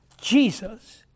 Jesus